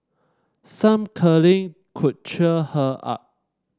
some cuddling could cheer her up